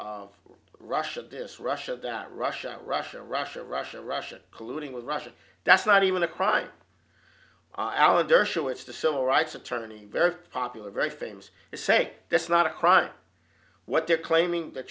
of russia this russia that russia russia russia russia russia colluding with russia that's not even a crime alan dershowitz the civil rights attorney very popular very famous they say that's not a crime what they're claiming that